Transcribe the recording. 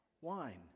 wine